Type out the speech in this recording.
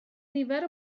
nifer